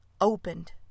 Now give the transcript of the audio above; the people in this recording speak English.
opened